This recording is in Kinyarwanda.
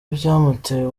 byamuteye